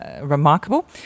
remarkable